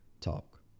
talk